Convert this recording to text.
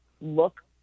look